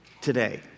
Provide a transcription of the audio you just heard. today